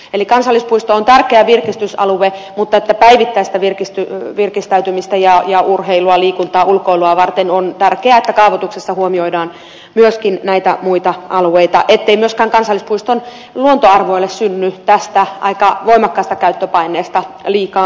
eli kansallispuisto on tärkeä virkistysalue mutta päivittäistä virkistäytymistä ja urheilua liikuntaa ulkoilua varten on tärkeää että kaavoituksessa huomioidaan myöskin muita alueita ettei myöskään kansallispuiston luontoarvoille synny tästä aika voimakkaasta käyttöpaineesta liikaa rasitetta